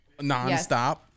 nonstop